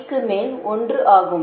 5 க்கு மேல் 1 ஆகும்